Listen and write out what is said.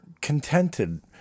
Contented